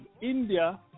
India